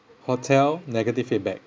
hotel negative feedback